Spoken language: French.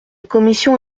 commission